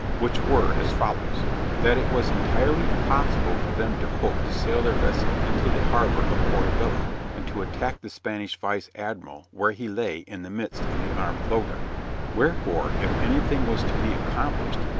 which were as follows that it was entirely impossible for them to hope to sail their vessel into the harbor of porto bello, and to attack the spanish vice admiral where he lay in the midst of the armed flota wherefore, if anything was to be accomplished,